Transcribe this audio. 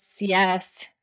Yes